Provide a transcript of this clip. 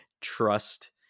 trust